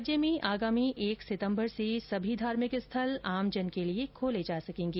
प्रदेश में आगामी एक सितम्बर से सभी धार्भिक स्थल आमजन के लिए खोले जा सकेंगे